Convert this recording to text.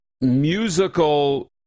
musical